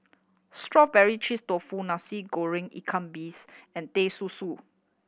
strawberry cheese tofu Nasi Goreng ikan bilis and Teh Susu